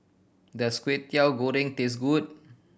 does Kwetiau Goreng taste good